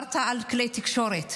דיברת על כלי התקשורת.